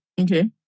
Okay